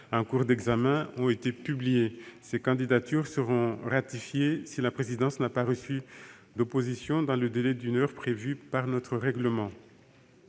en cours d'examen, ont été publiées. Ces candidatures seront ratifiées si la présidence n'a pas reçu d'opposition dans le délai d'une heure prévu par notre règlement.